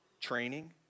training